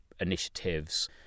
initiatives